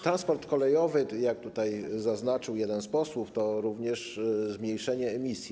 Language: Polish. Transport kolejowy, jak tutaj zaznaczył jeden z posłów, to również zmniejszenie emisji.